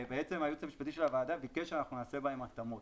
הייעוץ המשפטי של הוועדה ביקש שאנחנו נעשה בהם התאמות.